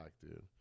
dude